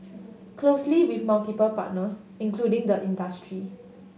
closely with multiple partners including the industry